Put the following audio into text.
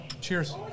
Cheers